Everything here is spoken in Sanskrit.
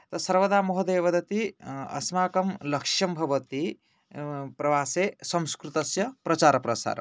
तत् सर्वदा महोदयः वदति अस्माकं लक्ष्यं भवति प्रवासे संस्कृतस्य प्रचारः प्रसारः